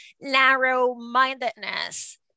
narrow-mindedness